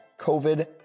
COVID